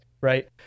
right